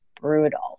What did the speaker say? brutal